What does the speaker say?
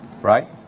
Right